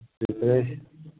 preparation